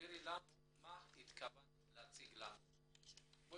תסבירי לנו מה התכוונת להציג לנו פה.